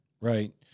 right